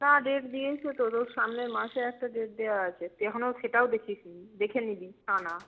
না ডেট দিয়েছে তো তোর সামনের মাসে একটা ডেট দেওয়া আছে তুই এখনও সেটাও দেখিসনি দেখে নিবি কানা